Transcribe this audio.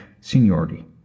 seniority